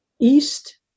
East